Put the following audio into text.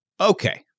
Okay